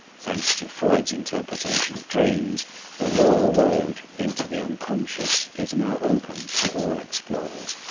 thanks to freud's interpretation of dreams the royal road into the unconscious is now open to all explorers.